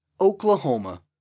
Oklahoma